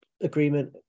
agreement